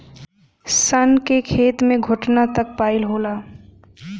शान के खेत मे घोटना तक पाई होला